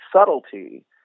subtlety